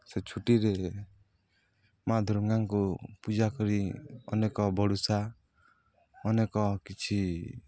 ସେ ଛୁଟିରେ ମାଆ ଦୁର୍ଗାଙ୍କୁ ପୂଜା କରି ଅନେକ ବଡ଼ୁଶା ଅନେକ କିଛି